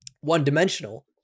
one-dimensional